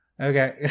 Okay